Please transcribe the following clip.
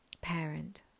parent